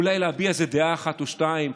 אולי להביע דעה אחת או שתיים,